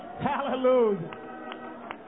Hallelujah